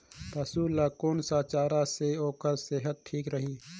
पशु ला कोन स चारा से ओकर सेहत ठीक रही?